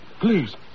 Please